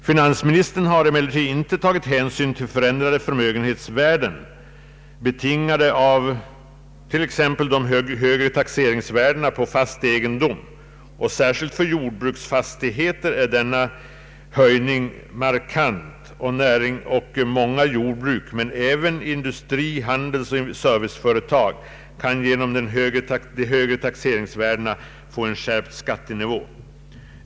Finansministern har emellertid inte tagit hänsyn till förändrade förmögenhetsvärden, betingade av exempelvis de högre taxeringsvärdena på fast egendom. Särskilt för jordbruksfastigheter är denna höjning markant, och många jordbruk men också industri-, handelsoch serviceföretag kan genom de högre taxeringsvärdena få en skärpt skattenivå.